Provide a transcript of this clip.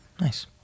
Nice